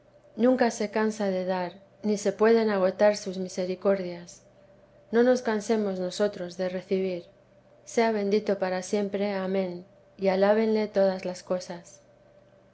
nunca se cansa de dar ni se pueden agotar sus misericordias no nos cansemos nosotros de recibir sea bendito para siempre amén y alábenle todas las cosas